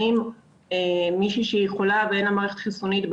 האם מישהי שהיא חולה ואין לה מערכת חיסונית,